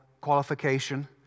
qualification